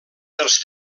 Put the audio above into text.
els